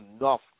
enough